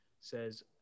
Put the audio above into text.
says